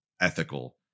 ethical